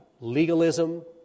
legalism